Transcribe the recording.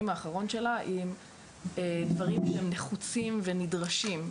האחרון שלה עם דברים שהם נחוצים ונדרשים.